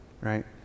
right